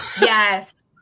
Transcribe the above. Yes